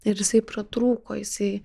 ir jisai pratrūko jisai